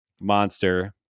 Monster